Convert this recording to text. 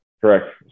Correct